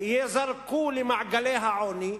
וייזרקו למעגלי העוני,